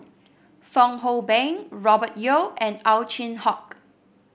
Fong Hoe Beng Robert Yeo and Ow Chin Hock